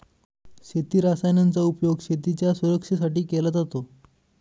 शेती रसायनांचा उपयोग शेतीच्या सुरक्षेसाठी केला जातो